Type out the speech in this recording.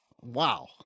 Wow